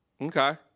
Okay